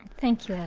thank yeah